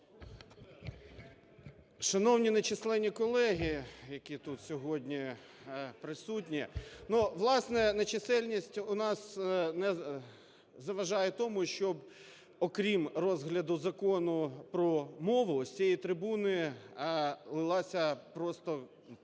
Шановні нечисленні колеги, які тут сьогодні присутні! Ну, власне, нечисельність у нас не заважає тому, щоб окрім розгляду Закону про мову з цієї трибуни лилася просто,